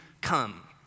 come